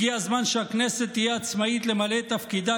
הגיע הזמן שהכנסת תהיה עצמאית למלא את תפקידה